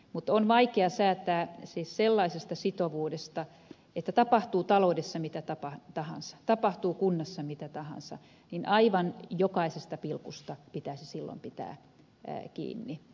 mutta on vaikea säätää sellaisesta sitovuudesta että tapahtuu taloudessa mitä tahansa tapahtuu kunnassa mitä tahansa niin aivan jokaisesta pilkusta pitäisi silloin pitää kiinni